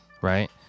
Right